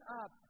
up